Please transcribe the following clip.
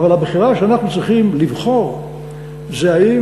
אבל הבחירה שאנחנו צריכים לבחור זה האם